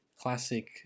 classic